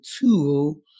tool